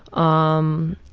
um,